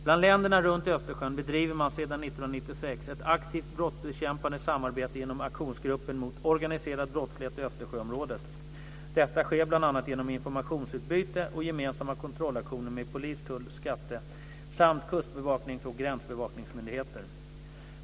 Bland länderna runt Östersjön bedriver man sedan 1996 ett aktivt brottsbekämpande samarbete genom Aktionsgruppen mot organiserad brottslighet i Östersjöområdet. Detta sker bl.a. genom informationsutbyte och gemensamma kontrollaktioner med polis-, tull-, skatte samt kustbevaknings och gränsbevakningsmyndigheter.